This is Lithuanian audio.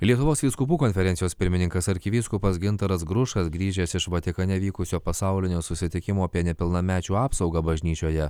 lietuvos vyskupų konferencijos pirmininkas arkivyskupas gintaras grušas grįžęs iš vatikane vykusio pasaulinio susitikimo apie nepilnamečių apsaugą bažnyčioje